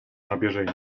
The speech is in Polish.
nabierze